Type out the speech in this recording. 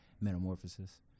metamorphosis